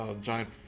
Giant